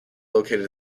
located